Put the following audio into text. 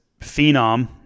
phenom